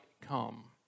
come